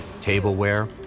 tableware